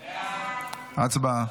הצבעה.